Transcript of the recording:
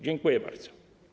Dziękuję bardzo.